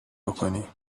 بکنی